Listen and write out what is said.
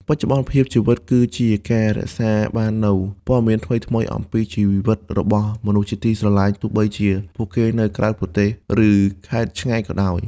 បច្ចុប្បន្នភាពជីវិតគឺជាការ រក្សាបាននូវព័ត៌មានថ្មីៗអំពីជីវិតរបស់មនុស្សជាទីស្រឡាញ់ ទោះបីជាពួកគេនៅក្រៅប្រទេស ឬខេត្តឆ្ងាយក៏ដោយ។